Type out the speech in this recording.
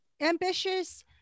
Ambitious